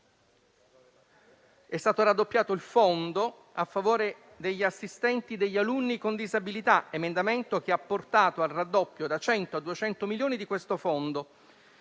è stato raddoppiato il fondo a favore degli assistenti degli alunni con disabilità. Tale emendamento ha portato al raddoppio da 100 a 200 milioni di questo fondo